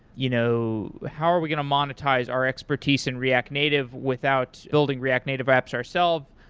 you know how are we going to monetize our expertise in react native without building react native apps our self?